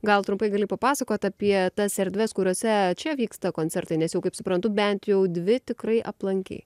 gal trumpai gali papasakot apie tas erdves kuriose čia vyksta koncertai nes kaip suprantu bent jau dvi tikrai aplankei